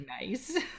nice